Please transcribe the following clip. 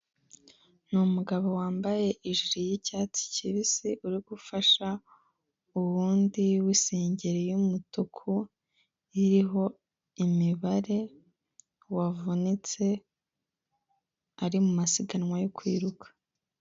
Ni umugabo wambaye ijiri y'icyatsi kibisi, uri gufasha uwundi w'isengeri y'umutuku iriho imibare wavunitse ari mu mumasiganwa yo kwiruka.